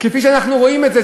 כפי שאנחנו רואים את זה.